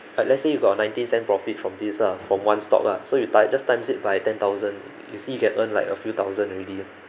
like let's say you got ninety cent profit from this lah from one stock lah so you time~ just times it by ten thousand you see you can earn like a few thousand already ah